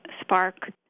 spark